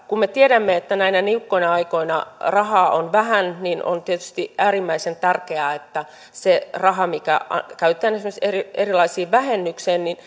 kun me tiedämme että näinä niukkoina aikoina rahaa on vähän niin on tietysti äärimmäisen tärkeää että se raha mikä käytetään esimerkiksi erilaisiin vähennyksiin